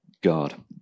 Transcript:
God